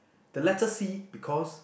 the letter C because